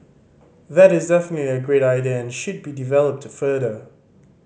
that is definitely a great idea and should be developed further